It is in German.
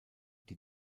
die